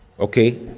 Okay